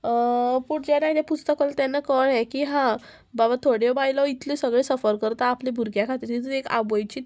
पूण जेन्ना हें पुस्तक तेन्ना कळ्ळें की हां बाबा थोड्यो बायलो इतल्यो सगळें सफर करता आपलें भुरग्यां खातीर हितून एक आबयची